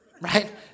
Right